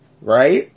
Right